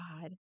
God